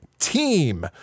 team